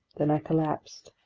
then i collapsed.